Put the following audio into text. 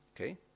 Okay